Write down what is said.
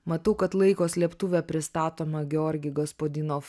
matau kad laiko slėptuvė pristatoma georgi gospodinov